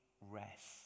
rest